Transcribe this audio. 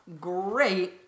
Great